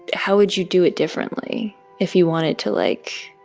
how would you do it differently if you wanted to, like,